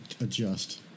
adjust